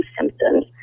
symptoms